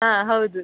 ಹಾಂ ಹೌದು